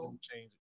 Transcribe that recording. change